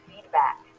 feedback